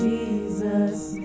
Jesus